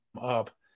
Up